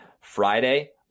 Friday